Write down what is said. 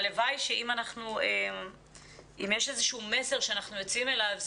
אם יש איזשהו מסר שאנחנו יוצאים אליו,